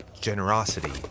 generosity